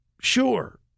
sure